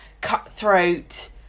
cutthroat